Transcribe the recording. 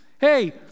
Hey